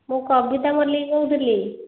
ମୁଁ କବିତା ମଲ୍ଲିକ କହୁଥିଲି